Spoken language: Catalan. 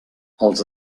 els